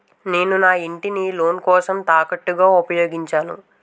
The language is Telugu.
నేను నా ఇంటిని లోన్ కోసం తాకట్టుగా ఉపయోగించాను